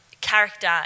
character